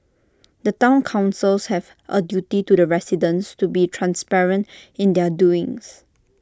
the Town councils have A duty to the residents to be transparent in their doings